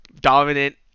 dominant